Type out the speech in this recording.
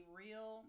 real